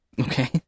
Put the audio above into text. Okay